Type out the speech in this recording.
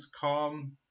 Calm